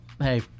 hey